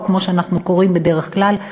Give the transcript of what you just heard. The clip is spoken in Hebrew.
או כמו שאנחנו קוראים להם בדרך כלל,